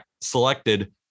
selected